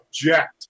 object